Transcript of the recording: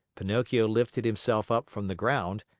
pinocchio lifted himself up from the ground,